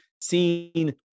seen